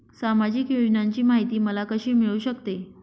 सामाजिक योजनांची माहिती मला कशी मिळू शकते?